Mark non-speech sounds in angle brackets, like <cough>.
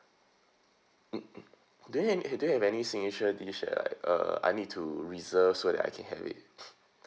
mm mm do you have do you have any signature dish like uh I need to reserve so that I can have it <breath>